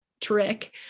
trick